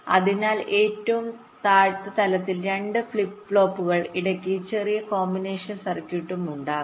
അതിനാൽ ഏറ്റവും താഴ്ന്ന തലത്തിൽ രണ്ട് ഫ്ലിപ്പ് ഫ്ലോപ്പുകളും ഇടയ്ക്ക് ചെറിയ കോമ്പിനേഷൻ സർക്യൂട്ടും ഉണ്ടാകും